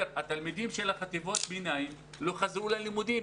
כי התלמידים של החטיבות לא חזרו ללימודים,